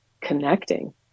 connecting